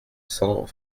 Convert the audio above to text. cent